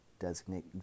designate